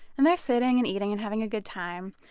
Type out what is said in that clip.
and they are sitting and eating and having a good time.